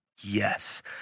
yes